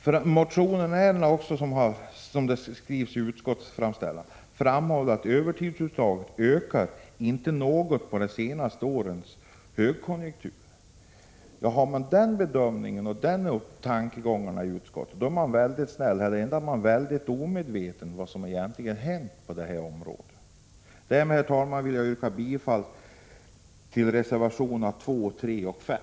Utskottet skriver vidare i betänkandet: ”Som motionärerna framhåller har övertidsuttaget ökat något under de senaste årens högkonjunktur.” När det gäller den bedömningen och de tankegångarna är man antingen väldigt snäll eller väldigt omedveten om vad som egentligen hänt på det här området. Därmed, herr talman, vill jag yrka bifall till reservationerna 2, 3 och 5.